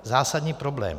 Zásadní problém.